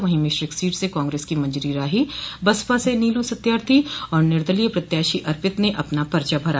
वहीं मिश्रिख सीट से कांग्रेस की मंजरी राही बसपा से नीलू सत्यार्थी और निर्दलीय प्रत्याशी अर्पित ने अपना पर्चा भरा